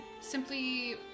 simply